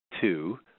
Two